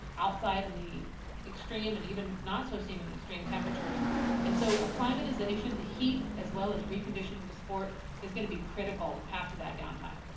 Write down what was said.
outside in the extreme and even not so seemingly extreme temperatures and so a climate acclimatization to heat as well as reconditioning to sport is gonna be critical after that downtime.